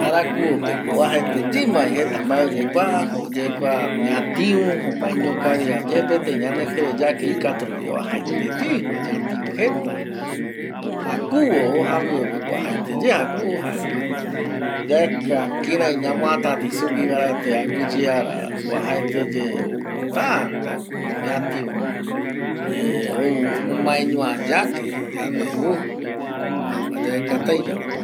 ﻿Arakuvo peko oajaete yemavi jeta mbae oyekua oyekua ñatiu omaeño kavia yepetei ñanekirei yake ikatu rupi oajaeteyema ñatiu jeta jakuvo, o japipepeko oajaeteye jakuvo jaema yaeka kirai ñamoatati sugüi paraete agüiyeara oajaeteye ou tätako ñatiu ou omaeñoa yake, yandeju, jaema yaekatai yande